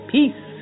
Peace